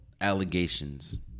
allegations